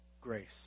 grace